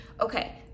Okay